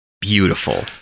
beautiful